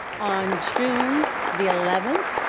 on june the eleventh